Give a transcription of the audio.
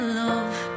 love